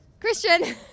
Christian